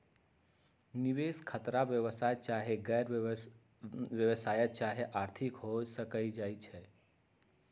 निवेश खतरा व्यवसाय चाहे गैर व्यवसाया चाहे आर्थिक हो सकइ छइ